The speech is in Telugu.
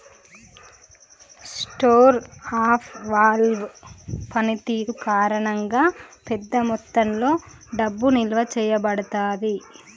స్టోర్ ఆఫ్ వాల్వ్ పనితీరు కారణంగా, పెద్ద మొత్తంలో డబ్బు నిల్వ చేయబడతాది